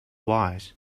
wise